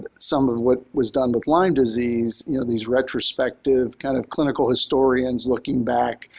some of what was done with lyme disease, you know, these retrospective kind of clinical historians looking back,